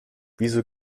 wieso